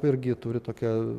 irgi turi tokią